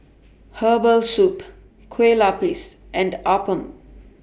Herbal Soup Kueh Lupis and Appam